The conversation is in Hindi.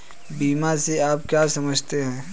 बीमा से आप क्या समझते हैं?